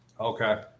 Okay